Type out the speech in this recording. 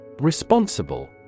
Responsible